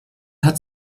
hat